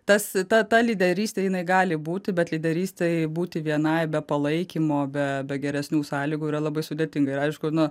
tas ta ta lyderystė jinai gali būti bet lyderystei būti vienai be palaikymo be be geresnių sąlygų yra labai sudėtinga ir aišku nu